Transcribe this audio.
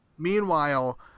Meanwhile